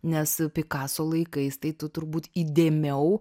nes pikaso laikais tai tu turbūt įdėmiau